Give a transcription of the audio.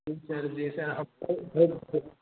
जी sir जैसे आप